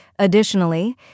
Additionally